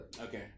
Okay